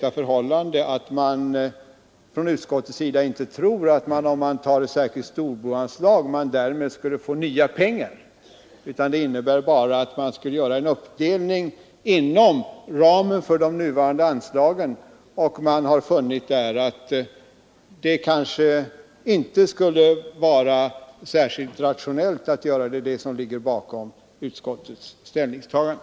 En annan anledning är att man från utskottets sida inte tror att ett särskilt storbroanslag skulle medföra mera pengar. Det innebär bara att det sker en uppdelning inom ramen för nuvarande anslag. Det är alltså inte så rationellt med ett särskilt storbroanslag, och det är detta som ligger bakom utskottets ställningstagande.